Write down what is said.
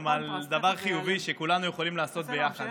על דבר חיובי שכולנו יכולים לעשות ביחד.